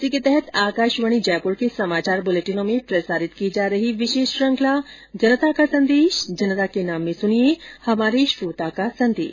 इसी के तहत आकाशवाणी जयपुर के समाचार बुलेटिनों में प्रसारित की जा रही विशेष श्रृखंला जनता का संदेश जनता के नाम में सुनिये हमारे श्रोता का संदेश